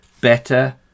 better